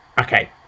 okay